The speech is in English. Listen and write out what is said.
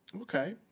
Okay